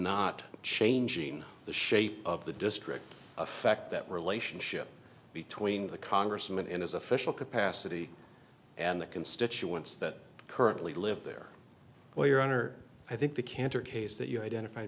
not changing the shape of the district affect that relationship between the congressman and his official capacity and the constituents that currently live there well your honor i think the cantor case that you identif